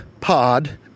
pod